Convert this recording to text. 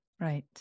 Right